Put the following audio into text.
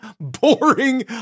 boring